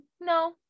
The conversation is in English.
No